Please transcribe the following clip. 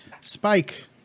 Spike